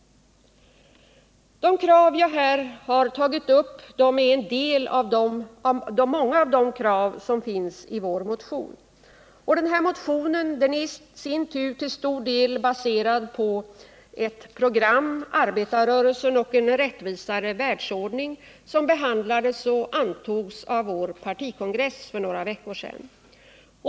De krav jag här har tagit upp är en del av de många krav som finns med i vår motion. Motionen är i sin tur till stor del baserad på ett program — Arbetarrörelsen och en rättvisare världsordning —- som behandlades och antogs av vår partikongress för några veckor sedan.